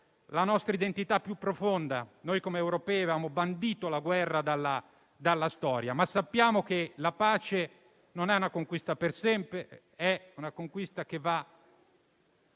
la nostra identità più profonda. Noi come europei avevamo bandito la guerra dalla storia, ma sappiamo che la pace è una conquista non per sempre, ma va compiuta giorno